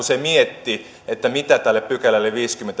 se mietti mitä tälle viidennellekymmenennelleviidennelle pykälälle